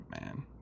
man